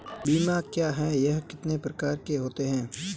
बीमा क्या है यह कितने प्रकार के होते हैं?